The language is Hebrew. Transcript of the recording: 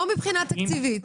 לא מבחינה תקציבית,